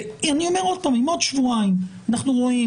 אני אומר שוב שאם עוד שבועיים אנחנו רואים